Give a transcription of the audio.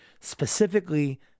Specifically